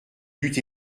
eût